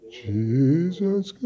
jesus